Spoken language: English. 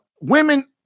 Women